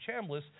Chambliss